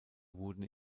wurden